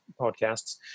podcasts